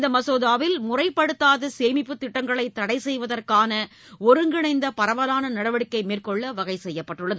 இந்த மசோதாவில் முறைப்படுத்தாத சேமிப்பு திட்டங்களை தடை செய்வதற்கான ஒருங்கிணைந்த பரவலான நடவடிக்கை மேற்கொள்ள வகை செய்யப்பட்டுள்ளது